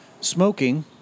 Smoking